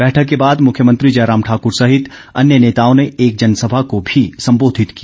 बैठक े बाद मुख्यमंत्री जयराम ठाक्र सहित अन्य नेताओं ने एक जनसभा को भी संबोधित किया